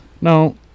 no